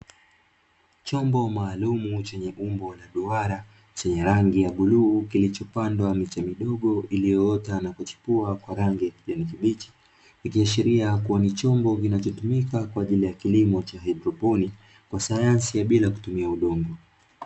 Chombo maalumu chenye umbo la duara chenye rangi ya bluu, kilichopandwa miche midogo iliyoota na kuchipua kwa rangi ya kijani kibichi, ikiashiria kuwa ni chombo kinachotumika kwa ajili ya kilimo cha haidroponi, kwa sayansi ya bila kutumia udongo.